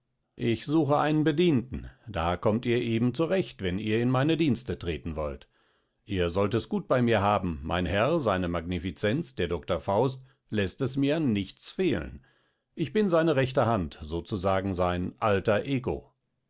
ich suche einen bedienten da kommt ihr eben zurecht wenn ihr in meine dienste treten wollt ihr sollt es gut bei mir haben mein herr seine magnificenz der doctor faust läßt es mir an nichts fehlen ich bin seine rechte hand so zu sagen sein alter ego